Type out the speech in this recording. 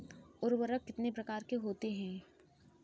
उर्वरक कितने प्रकार के होते हैं?